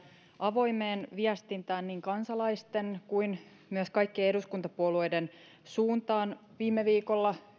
avoimeen viestintään niin kansalaisten kuin myös kaikkien eduskuntapuolueiden suuntaan viime viikolla